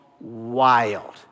Wild